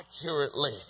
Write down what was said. accurately